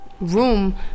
room